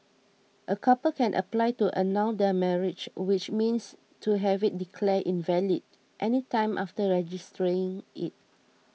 a couple can apply to annul their marriage which means to have it declared invalid any time after registering it